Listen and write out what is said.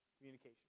Communication